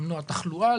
למנוע תחלואה,